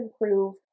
improve